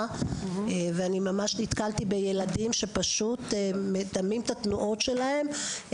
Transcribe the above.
ואני ממש נתקלתי בילדים שפשוט מדמים את התנועות שלהם להורה.